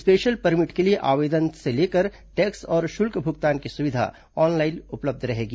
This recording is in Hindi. स्पेशल परमिट के लिए आवेदन से लेकर टैक्स और शुल्क भुगतान की सुविधा ऑनलाइन उपलब्ध रहेगी